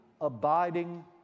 abiding